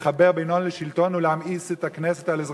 לחבר בין הון לשלטון ולהמאיס את הכנסת על אזרחיה,